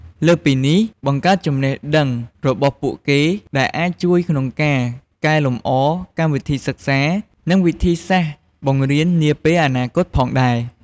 លើសពីនេះ បង្កើនចំណេះដឹងរបស់ពួកគេ ដែលអាចជួយក្នុងការកែលម្អកម្មវិធីសិក្សា និងវិធីសាស្រ្តបង្រៀននាពេលអនាគតផងដែរ។